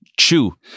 Chew